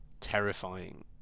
terrifying